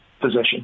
position